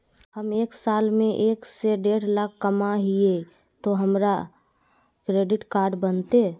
हम साल में एक से देढ लाख कमा हिये तो हमरा क्रेडिट कार्ड बनते?